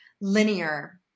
linear